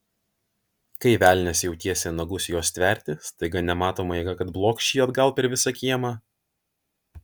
kai velnias jau tiesė nagus jos stverti staiga nematoma jėga kad blokš jį atgal per visą kiemą